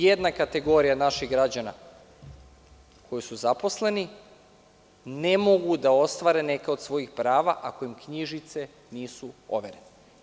Jedna kategorija naših građana koji su zaposleni ne mogu da ostvare neka od svojih prava ako im knjižice nisu overene.